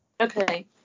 Okay